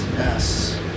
Yes